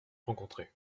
rencontrées